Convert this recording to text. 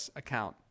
account